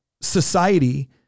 society